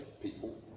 people